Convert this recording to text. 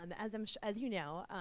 um as um as you know,